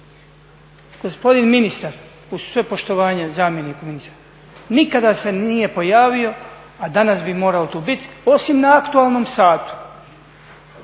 Gospodine ministar, uz sve poštovanje zamjeniku ministra, nikada se nije pojavio, a danas bi morao tu biti osim na aktualnom satu